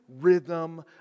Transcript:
rhythm